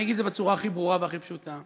אני אגיד את זה בצורה הכי ברורה והכי פשוטה: